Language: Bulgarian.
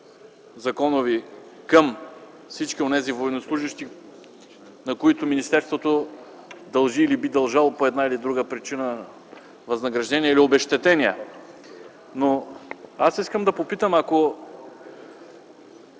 към всички онези военнослужещи, на които министерството дължи или би дължало по една или друга причина възнаграждения или обезщетения. Ако това се отнасяше